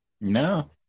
No